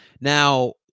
Now